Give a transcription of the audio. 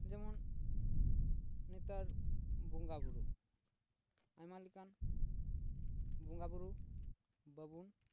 ᱡᱮᱢᱚᱱ ᱱᱮᱛᱟᱨ ᱵᱚᱸᱜᱟ ᱵᱩᱨᱩ ᱟᱭᱢᱟ ᱞᱮᱠᱟᱱ ᱵᱚᱸᱜᱟ ᱵᱩᱨᱩ ᱵᱟᱵᱚᱱ